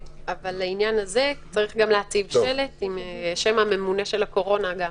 לעניין הזה צריך גם להציב שלט עם השם של ממונה הקורונה.